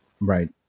Right